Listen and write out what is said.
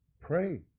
Pray